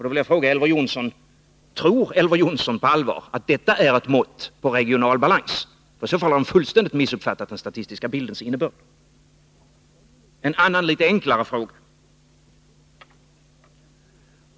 Då vill jag fråga Elver Jonsson: Tror Elver Jonsson på allvar att det är ett mått på regional balans? I så fall har han fullständigt missuppfattat den statistiska bildens innebörd. En annan, litet enklare fråga.